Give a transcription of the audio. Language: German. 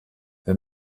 wir